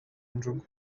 injugu